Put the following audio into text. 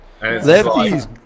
Lefties